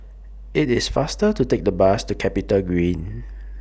IT IS faster to Take The Bus to Capitagreen